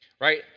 right